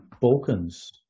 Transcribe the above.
Balkans